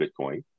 Bitcoin